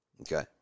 Okay